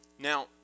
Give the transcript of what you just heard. Now